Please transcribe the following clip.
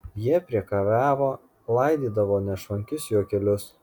jie priekabiavo laidydavo nešvankius juokelius